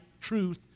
truth